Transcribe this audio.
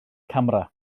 camera